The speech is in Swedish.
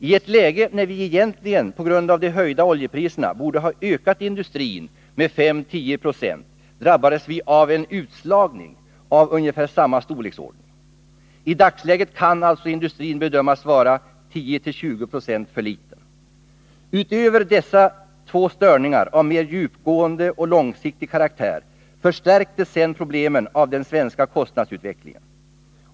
I ett läge när vi egentligen, p g a de höjda oljepriserna, borde ha ökat industrin med 535-10 procent drabbades vi av en utslagning av ungefär samma storleksordning. I dagsläget kan alltså industrin bedömas vara 10-20 procent för liten. Utöver dessa två störningar av mer djupgående och långsiktig karaktär förstärktes sedan problemen av den svenska kostnadsutvecklingen.